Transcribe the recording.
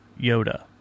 Yoda